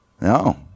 No